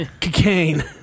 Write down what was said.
Cocaine